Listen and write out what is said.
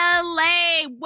LA